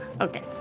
Okay